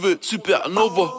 supernova